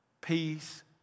Peace